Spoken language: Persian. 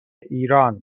ایران